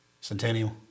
Centennial